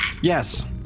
Yes